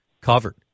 covered